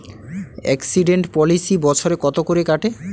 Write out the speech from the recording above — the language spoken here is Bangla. এক্সিডেন্ট পলিসি বছরে কত করে কাটে?